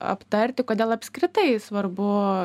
aptarti kodėl apskritai svarbu